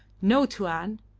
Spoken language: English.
no, tuan.